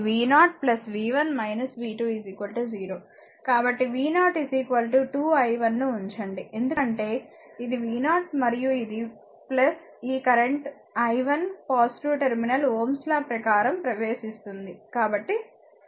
కాబట్టి v0 2 i 1 ను ఉంచండి ఎందుకంటే ఇది v0 మరియు ఇది ఈ current i 1 positive terminal Ωs law ప్రకారం ప్రవేశిస్తుంది కాబట్టి v0 2 i 1